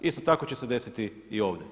Isto tako će se desiti i ovdje.